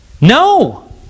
No